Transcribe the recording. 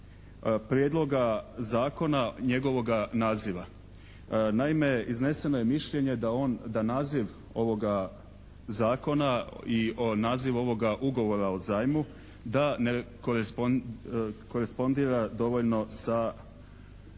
prijedloga zakona, njegovoga naziva. Naime izneseno je mišljenje da on, da naziv ovoga zakona i nazivu ovoga Ugovora o zajmu, da nekorespondira dovoljno sa